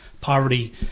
poverty